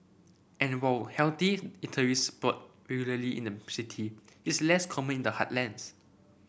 and while healthy eateries sprout regularly in the city it's less common in the heartlands